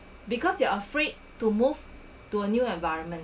because you're afraid to move to a new environment